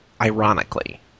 ironically